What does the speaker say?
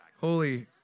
Holy